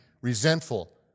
resentful